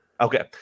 Okay